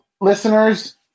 listeners